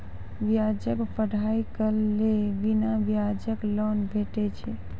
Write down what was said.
बच्चाक पढ़ाईक लेल बिना ब्याजक लोन भेटै छै?